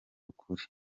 ukuri